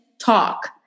Talk